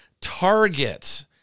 Target